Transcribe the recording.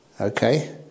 Okay